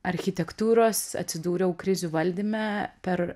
architektūros atsidūriau krizių valdyme per